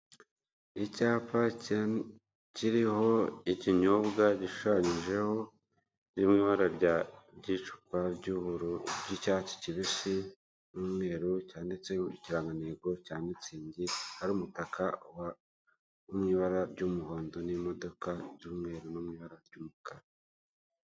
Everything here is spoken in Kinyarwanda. Icyapa kiriho ikinyobwa gishushanyijeho ririmo ibara ry'icupa ry'ubururu ry'icyatsi kibisi n'umweru cyanditseho ikirangantego cya mitsingi hari umutaka wa mubara ry'umuhondo n'imodoka y'umweru numwibara ry'umukara.